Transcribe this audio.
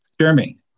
Jeremy